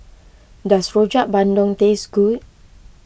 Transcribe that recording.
does Rojak Bandung taste good